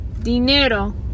Dinero